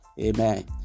Amen